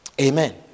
Amen